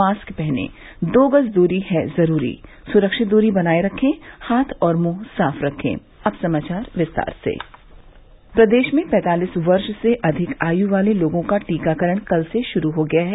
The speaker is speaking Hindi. मास्क पहनें दो गज दूरी है जरूरी सुरक्षित दूरी बनाये रखें हाथ और मुंह साफ रखें प्रदेश में पैंतालीस वर्ष से अधिक आयु वाले लोगों का टीकाकरण कल से शुरू हो गया है